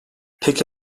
peki